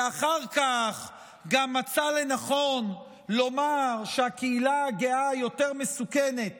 ואחר כך גם מצא לנכון לומר שהקהילה הגאה יותר מסוכנת